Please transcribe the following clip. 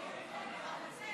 מס'